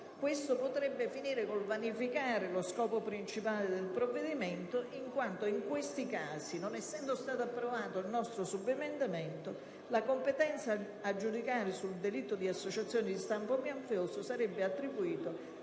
Ciò potrebbe vanificare lo scopo principale del provvedimento, perché in questi casi, non essendo stato approvato il nostro subemendamento, la competenza a giudicare sul delitto di associazione di stampo mafioso sarebbe attribuita